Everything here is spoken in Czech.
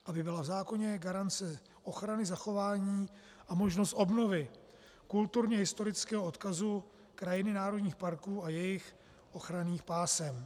Aby byla v zákoně garance ochrany zachování a možnost obnovy kulturně historického odkazu krajiny národních parků a jejich ochranných pásem.